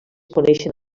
coneixen